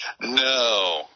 No